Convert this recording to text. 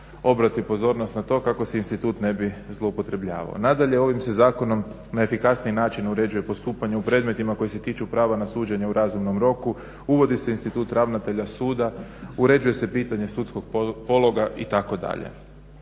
obrati pozornost na to kako se institut ne bi zloupotrebljavao. Nadalje, ovim se zakonom na efikasniji način uređuje postupanje u predmetima koji se tiču prava na suđenje u razumnom roku, uvodi se institut ravnatelja suda, uređuje se pitanje sudskog pologa itd.